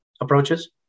approaches